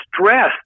stress